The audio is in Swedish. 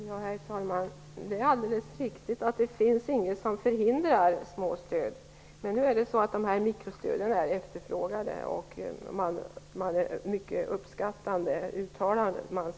Herr talman! Det är alldeles riktigt att det inte finns någonting som förhindrar småstöd, men mikrostöden är efterfrågan, och man har uttalat sig mycket uppskattande om dem.